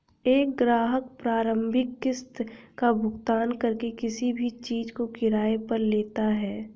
एक ग्राहक प्रारंभिक किस्त का भुगतान करके किसी भी चीज़ को किराये पर लेता है